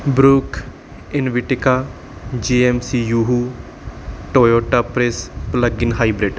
ਬਰੂਕ ਇਨਵਿਟਿਕਾ G M C Yahoo Toyota Prius plugin hybrid